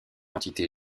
entité